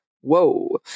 whoa